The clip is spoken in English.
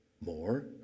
more